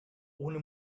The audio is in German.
ohne